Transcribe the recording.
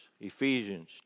Ephesians